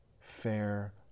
fair